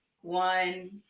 one